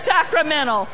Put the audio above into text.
Sacramento